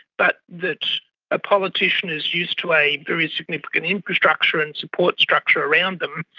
but that a politician is used to a very significant infrastructure and support structure around them,